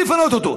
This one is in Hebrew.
לפנות אותו,